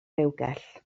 rewgell